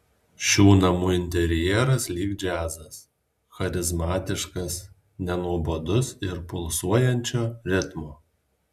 šių namų interjeras lyg džiazas charizmatiškas nenuobodus ir pulsuojančio ritmo